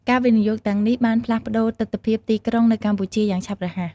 ការវិនិយោគទាំងនេះបានផ្លាស់ប្តូរទិដ្ឋភាពទីក្រុងនៅកម្ពុជាយ៉ាងឆាប់រហ័ស។